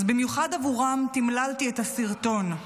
אז במיוחד עבורם תמללתי את הסרטון.